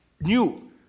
new